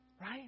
Right